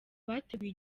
bateguye